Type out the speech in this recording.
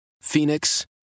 Phoenix